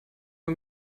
für